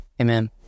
Amen